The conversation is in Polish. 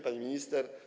Pani Minister!